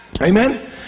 Amen